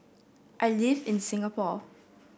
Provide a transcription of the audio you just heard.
I live in Singapore